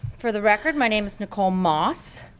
for the record, my name is nicole moss.